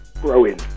Growing